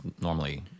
normally